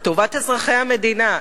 לטובת אזרחי המדינה,